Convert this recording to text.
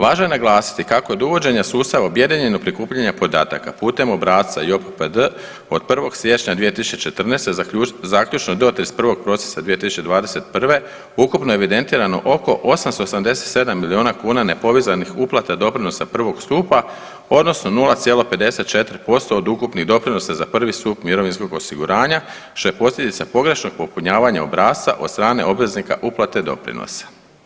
Važno je naglasiti kako je od uvođenja sustava objedinjenog prikupljanja podataka putem obrasca JOPPD od 1. siječnja 2014. zaključno do 31. prosinca 2021. ukupno evidentirano oko 887 milijuna kuna nepovezanih uplata doprinosa prvog stupa, odnosno 0,54% od ukupnih doprinosa za prvi stup mirovinskog osiguranja što je posljedica pogrešnog popunjavanja obrasca od strane obveznika uplate doprinosa.